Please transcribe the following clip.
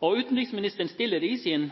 Utenriksministeren stiller i sin